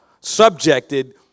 subjected